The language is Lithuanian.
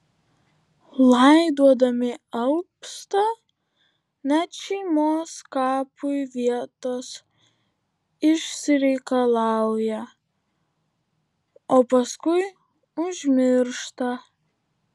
laidodami alpsta net šeimos kapui vietos išsireikalauja o paskui užmiršta